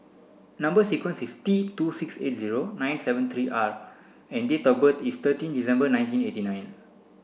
number sequence is T two six eight zero nine seven three R and date of birth is thirteen December nineteen eighty nine